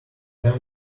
tempt